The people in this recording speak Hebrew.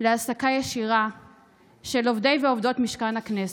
להעסקה ישירה של עובדי ועובדות משכן הכנסת.